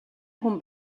хүн